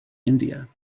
india